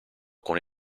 con